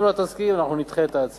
אם לא תסכים, אנחנו נדחה את ההצעה.